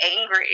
angry